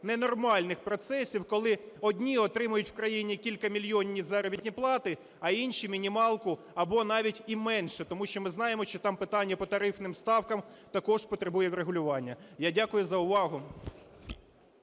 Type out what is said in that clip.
ненормальних процесів, коли одні отримують у країні кількамільйонні заробітні плати, а інші мінімалку або навіть і менше. Тому що ми знаємо, що там питання по тарифним ставкам також потребує врегулювання. Я дякую за увагу.